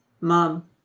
mom